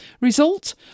Result